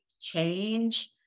change